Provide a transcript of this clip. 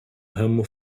ramo